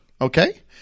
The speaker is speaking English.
Okay